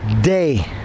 day